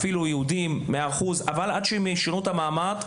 אבל עד שיאשרו לו את המעמד,